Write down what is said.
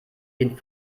den